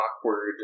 awkward